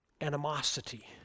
animosity